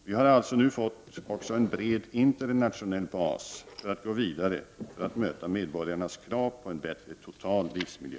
Vi har alltså nu fått också en bred internationell bas för att gå vidare för att möta medborgarnas krav på en bättre total livsmiljö.